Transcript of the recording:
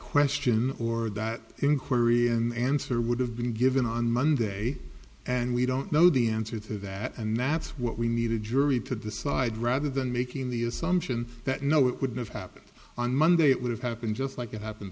question or that inquiry an answer would have been given on monday and we don't know the answer to that and that's what we need a jury to decide rather than making the assumption that no it would not happen on monday it would have happened just like it happened